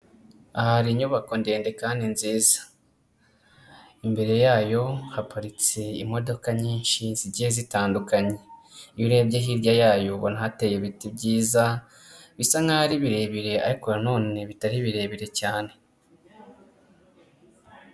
Aha hari inyubako ndende kandi nziza, imbere yayo haparitse imodoka nyinshi zigiye zitandukanye, iyo urebye hirya yayo ubona hateye ibiti byiza bisa nkaho ari birebire ariko na none bitari birebire cyane.